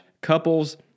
couples